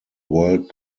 world